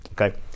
Okay